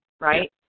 right